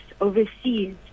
overseas